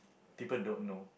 people don't know